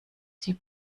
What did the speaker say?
die